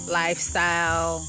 lifestyle